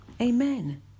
Amen